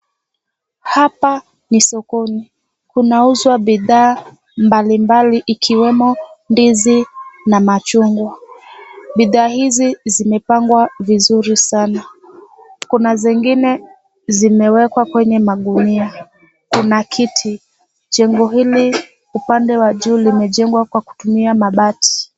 Hapa ni sokoni. Kunauzwa bidhaa mbali mbali, ikiwemo ndizi na machungwa. Bidhaa hizi zimepangwa vizuri sana. Kuna zingine zimewekwa kwenye magunia. Kuna kiti. Jengo hili upande wa juu limejengwa kwa kutumia mabati.